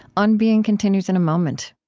on being continues in a moment